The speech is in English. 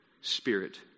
Spirit